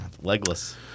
legless